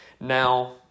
Now